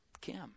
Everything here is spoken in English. Kim